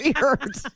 weird